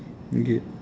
okay